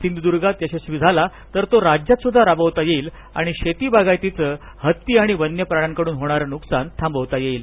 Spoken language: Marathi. सिंधूदुर्गात यशस्वी झाला तर तो राज्यातही राबवता येईल आणि शेती बागायतीच हत्ती आणि वन्य प्राण्याकडुन होणारे नुकसान थांबवता येईल